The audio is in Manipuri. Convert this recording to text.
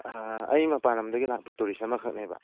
ꯑꯥ ꯑꯩ ꯃꯄꯥꯟ ꯂꯝꯗꯒꯤ ꯂꯥꯛꯄ ꯇꯨꯔꯤꯁ ꯑꯃꯈꯛꯅꯦꯕ